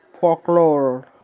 folklore